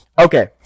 Okay